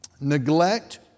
neglect